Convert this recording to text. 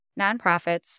nonprofits